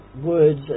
words